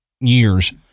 years